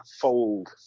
fold